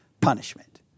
punishment